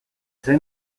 zen